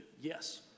Yes